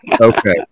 Okay